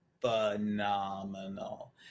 phenomenal